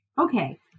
Okay